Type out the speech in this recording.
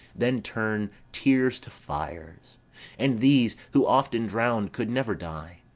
then turn tears to fires and these, who, often drown'd, could never die,